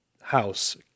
house